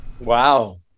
Wow